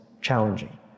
challenging